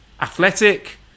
athletic